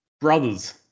Brothers